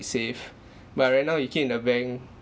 safe but right now you keep in the bank